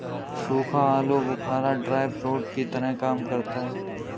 सूखा आलू बुखारा ड्राई फ्रूट्स की तरह काम करता है